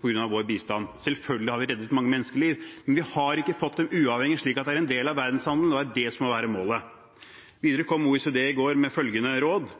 på grunn av vår bistand. Selvfølgelig har vi reddet mange menneskeliv, men vi har ikke fått landene uavhengige slik at de er en del av verdenshandelen, og det er det som må være målet. Videre kom OECD i går med følgende råd: